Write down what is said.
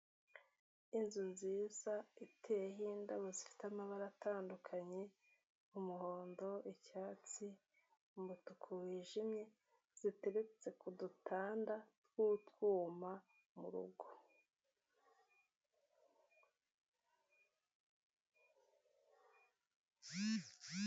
Inzu nziza iteyeho indabo zifite amabara atandukanye, umuhondo, icyatsi, umutuku wijimye, ziteretse ku dutanda tw'utwuma murugo.